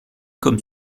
comme